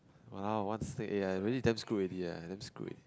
!walao! one straight A already I already damn screwed already damn screwed already